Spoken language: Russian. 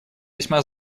весьма